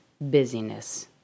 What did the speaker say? busyness